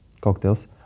cocktails